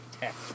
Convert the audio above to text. tech